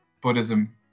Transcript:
Buddhism